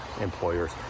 employers